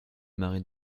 mari